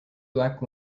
black